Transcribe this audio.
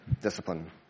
discipline